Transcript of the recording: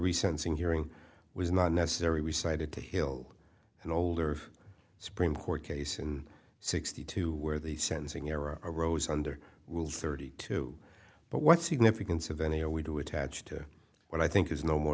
recent seeing hearing was not necessary we cited the hill and older supreme court case in sixty two where the sentencing error arose under rule thirty two but what significance of any are we do a tad to what i think is no more